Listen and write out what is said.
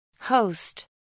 Host